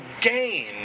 gain